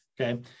okay